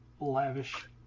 lavish